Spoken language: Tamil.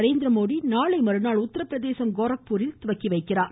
நரேந்திரமோடி நாளைமறுநாள் உத்திரப்பிரதேசம் கோரக்பூரில் தொடங்கி வைக்கிறார்